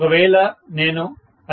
ఒకవేళ నేను అదే 2